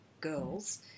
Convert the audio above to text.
girls